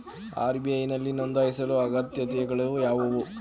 RBI ನಲ್ಲಿ ನೊಂದಾಯಿಸಲು ಅಗತ್ಯತೆಗಳು ಯಾವುವು?